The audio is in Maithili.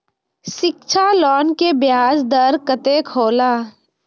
शिक्षा लोन के ब्याज दर कतेक हौला?